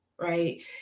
right